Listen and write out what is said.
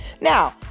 Now